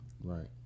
Right